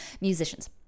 musicians